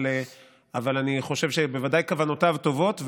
אבל אני חושב שבוודאי כוונותיו טובות,